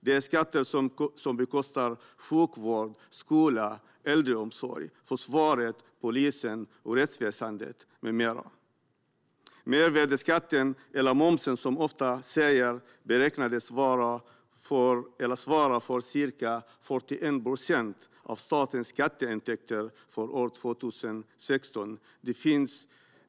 Det är skatter som bekostar sjukvård, skola, äldreomsorg, försvar, polis, rättsväsen med mera. Mervärdesskatten, eller momsen som vi ofta säger, beräknades svara för ca 41 procent av statens skatteintäkter år 2016.